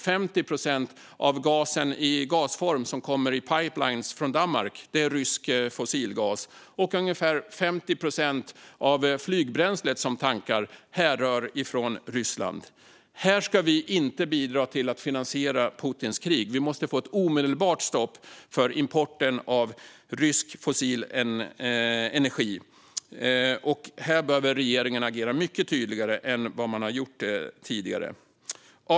50 procent av gasen i gasform som kommer i pipeliner från Danmark är rysk fossilgas, och ungefär 50 procent av flygbränslet som tankas härrör från Ryssland. Här ska vi inte bidra till att finansiera Putins krig. Vi måste få ett omedelbart stopp för importen av rysk fossil energi. Här behöver regeringen agera mycket tydligare än man har gjort tidigare. Herr talman!